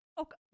Okay